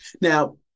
Now